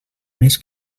més